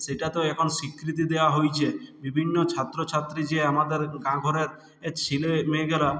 সেটাতেও এখন স্বীকৃতি দেওয়া হয়েছে বিভিন্ন ছাত্রছাত্রী যে আমার গাঁ ঘরে ছেলেমেয়েগুলো